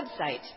website